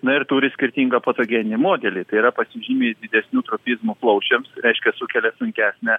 na ir turi skirtingą patogeninį modelį tai yra pasižymi didesniu tropizmu plaučiams reiškias sukelia sunkesnę